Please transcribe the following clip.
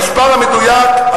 המספר המדויק,